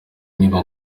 niba